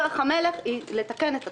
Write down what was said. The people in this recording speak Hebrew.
דרך המלך היא לתקן את התקנות.